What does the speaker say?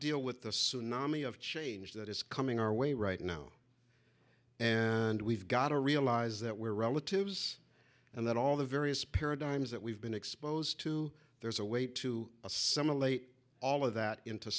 deal with the tsunami of change that is coming our way right now and we've got to realize that we're relatives and that all the various paradigms that we've been exposed to there's a way to assimilate all of that into